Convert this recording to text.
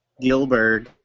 Gilbert